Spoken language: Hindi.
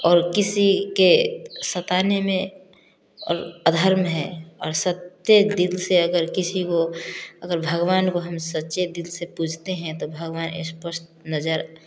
और किसी के सताने में और अधर्म है और सत्य दिल से अगर किसी को अगर भगवान को हम सच्चे दिल से पूजते हैं तो भगवान स्पष्ट नजर